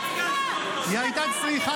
הייתה צריכה.